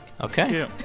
Okay